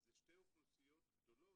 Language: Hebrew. אלה שתי אוכלוסיות גדולות,